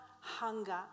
hunger